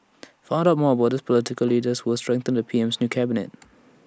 find out more about the political leaders who will strengthen P M's new cabinet